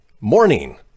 morning